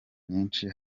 nyinshi